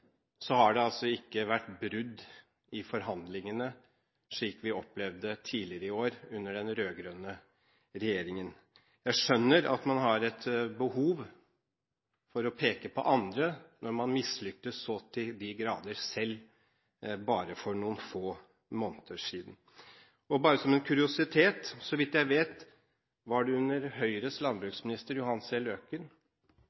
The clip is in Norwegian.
under den rød-grønne regjeringen. Jeg skjønner at man har et behov for å peke på andre når man selv så til de grader mislyktes for bare noen få måneder siden. Bare som en kuriositet: Så vidt jeg vet var det under